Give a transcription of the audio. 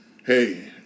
Hey